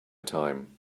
time